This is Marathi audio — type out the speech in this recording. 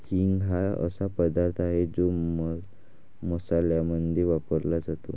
हिंग हा असा पदार्थ आहे जो मसाल्यांमध्ये वापरला जातो